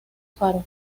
faro